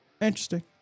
Interesting